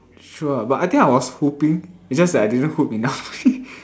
sure but I think I was hoping is just that I didn't hope enough only